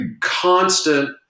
constant